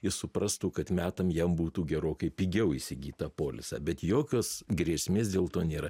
jis suprastų kad metam jam būtų gerokai pigiau įsigyt tą polisą bet jokios grėsmės dėl to nėra